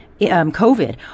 COVID